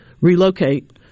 relocate